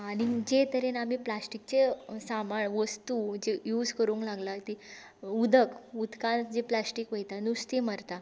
आनीक जे तरेन आमी प्लास्टिकचें सांबाळ वस्तू जे यूज करूंक लागला तीं उदक उदकांत जें प्लास्टीक वयता नुस्तीं मरता